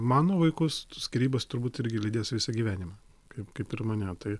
mano vaikus skyrybos turbūt irgi lydės visą gyvenimą kaip kaip ir mane tai